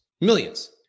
millions